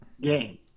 game